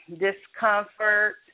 discomfort